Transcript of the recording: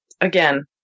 again